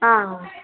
ആ